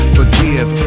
forgive